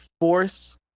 force